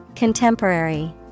Contemporary